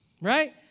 right